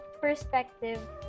perspective